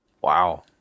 Wow